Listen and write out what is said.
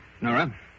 Nora